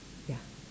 ya